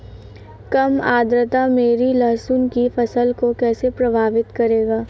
कम आर्द्रता मेरी लहसुन की फसल को कैसे प्रभावित करेगा?